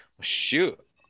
shoot